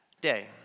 day